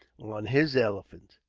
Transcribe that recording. on his elephant,